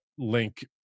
link